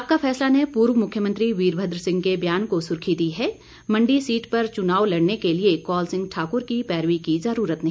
आपका फैसला ने पूर्व मुख्यमंत्री वीरभद्र सिंह के बयान को सुर्खी दी है मंडी सीट पर चुनाव लड़ने के लिए कौल सिंह ठाकुर की पैरवी की जरूरत नहीं